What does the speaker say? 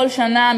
כל שנה,